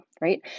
right